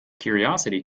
curiosity